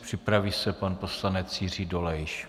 Připraví se pan poslanec Jiří Dolejš.